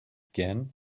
again